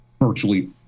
virtually